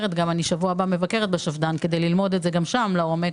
בשבוע הבא אני אבקר בשפד"ן כדי ללמוד את זה גם שם לעומק,